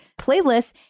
playlists